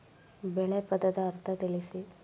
ಬೆಳೆ ಪದದ ಅರ್ಥ ತಿಳಿಸಿ?